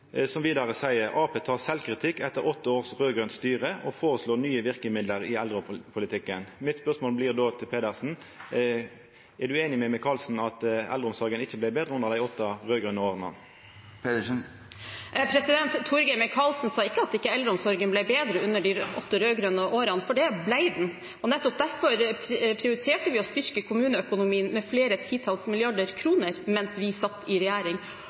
som vidare seier: «Ap tar selvkritikk etter åtte års rødgrønt styre og foreslår nye virkemidler i eldrepolitikken.» Spørsmålet mitt til Pedersen blir då: Er ho einig med Micaelsen i at eldreomsorga ikkje vart betre i dei åtte raud-grøne åra? Torgeir Micaelsen sa ikke at eldreomsorgen ikke ble bedre i de åtte rød-grønne årene, for det ble den. Nettopp derfor prioriterte vi å styrke kommuneøkonomien med flere titalls milliarder kroner mens vi satt i regjering.